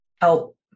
help